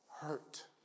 hurt